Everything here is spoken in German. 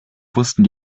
wussten